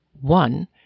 One